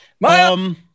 Miles